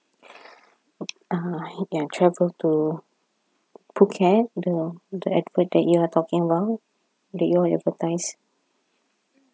uh ya travel to phuket the the advert that you are talking about that you all advertised